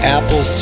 Apple